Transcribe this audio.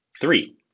Three